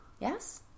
Yes